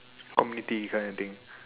community king of thing